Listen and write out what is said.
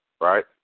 right